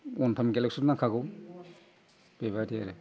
अवान time गेलासखौ नांखागौ बेबादि आरो